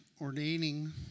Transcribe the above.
ordaining